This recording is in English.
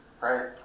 right